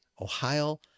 Ohio